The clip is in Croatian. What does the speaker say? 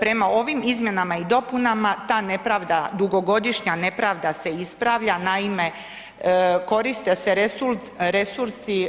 Prema ovim izmjenama i dopunama ta nepravda, dugogodišnja nepravda se ispravlja, naime koriste se resursi